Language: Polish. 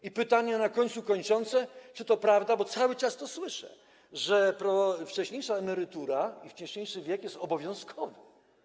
I pytanie na końcu, kończące, czy to prawda, bo cały czas to słyszę, że wcześniejsza emerytura i wcześniejszy wiek są obowiązkowe.